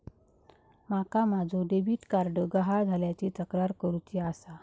माका माझो debit card गहाळ झाल्याची तक्रार करुची आसा